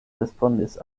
respondis